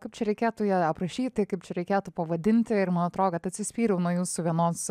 kaip čia reikėtų ją aprašyti kaip čia reikėtų pavadinti ir man atrodo kad atsispyriau nuo jūsų vienos